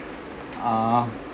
uh